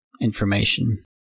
information